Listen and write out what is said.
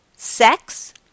sex